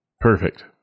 Perfect